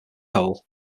hole